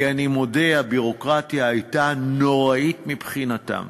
כי, אני מודה, הביורוקרטיה הייתה נוראית מבחינתם.